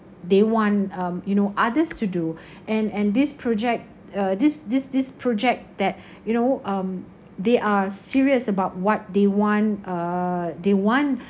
they want um you know others to do and and this project uh this this this project that you know um they are serious about what they want uh they want